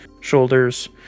shoulders